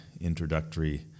introductory